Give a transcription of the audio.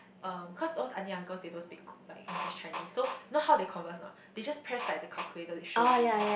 um cause those aunties uncles they don't speak ko~ like English Chinese so you know how they converse or not they just press like the calculator to show you